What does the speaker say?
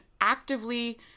actively